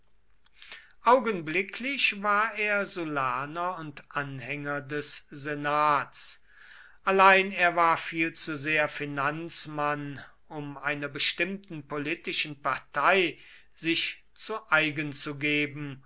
augenblicklich war er sullaner und anhänger des senats allein er war viel zu sehr finanzmann um einer bestimmten politischen partei sich zu eigen zu geben